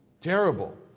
Terrible